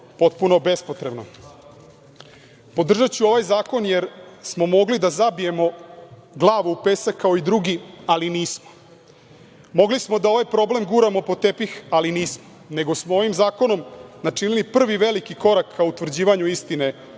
potpuno bespotrebno. Podržaću ovaj zakon jer smo mogli da zabijemo glavu u pesak, kao i drugi, ali nismo. Mogli smo da ovaj problem guramo pod tepih, ali nismo, nego smo ovim zakonom načinili prvi veliki korak ka utvrđivanju istine